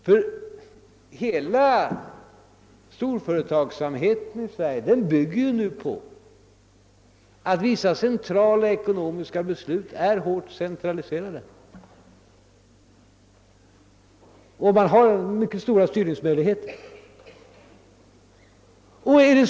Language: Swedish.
Ty hela storföretagsamheten i Sverige bygger på att vissa centrala ekonomiska beslut är hårt centraliserade, varigenom man får mycket stora styrningsmöjligheter.